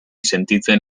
sentitzen